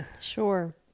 Sure